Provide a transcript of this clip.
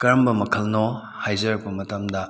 ꯀꯔꯝꯕ ꯃꯈꯜꯅꯣ ꯍꯥꯏꯖꯔꯛꯄ ꯃꯇꯝꯗ